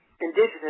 indigenous